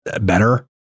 better